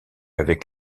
avec